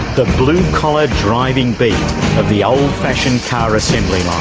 the blue collar driving beat of the old-fashioned car assembly